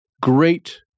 great